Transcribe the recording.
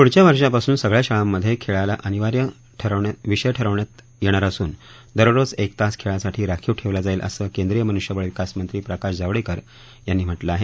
पुढच्या वर्षापासून सगळ्या शाळांमध्ये खेळाला अनिवार्य विषय ठरवण्यात येणार असून दररोज एक तास खेळासाठी राखीव ठेवला जाईल असं केंद्रीय मनुष्यबळ विकास मंत्री प्रकाश जावडेकर यांनी सांगितलं आहे